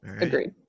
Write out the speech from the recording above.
agreed